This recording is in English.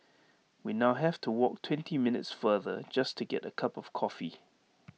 we now have to walk twenty minutes farther just to get A cup of coffee